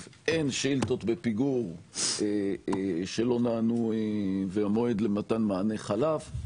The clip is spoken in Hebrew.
אין שאילתות בפיגור שלא נענו והמועד למתן מענה חלף,